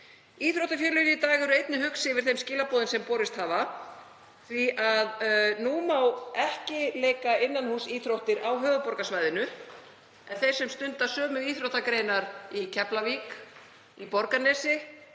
Íþróttafélögin í dag eru einnig hugsi yfir þeim skilaboðum sem borist hafa því að nú má ekki leika innanhússíþróttir á höfuðborgarsvæðinu en þeir sem stunda sömu íþróttagreinar í Keflavík, í Borgarnesi,